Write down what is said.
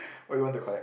what you want to collect